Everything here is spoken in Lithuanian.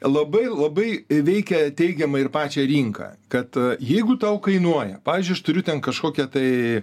labai labai veikia teigiamai ir pačią rinką kad jeigu tau kainuoja pavyzdžiui aš turiu ten kažkokią tai